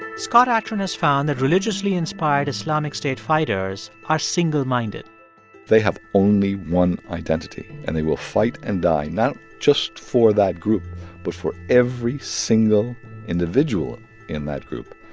scott atran has found that religiously inspired islamic state fighters are single-minded they have only one identity. and they will fight and die not just for that group but for every single individual and in that group.